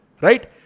Right